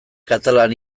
katalan